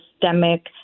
systemic